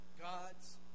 God's